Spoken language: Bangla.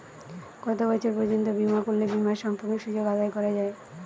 কত বছর পর্যন্ত বিমা করলে বিমার সম্পূর্ণ সুযোগ আদায় করা য়ায়?